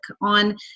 on